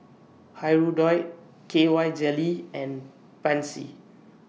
Hirudoid K Y Jelly and Pansy